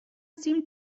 seemed